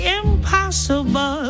impossible